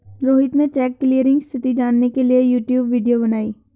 रोहित ने cheque clearing स्थिति जानने के लिए यूट्यूब वीडियो बनाई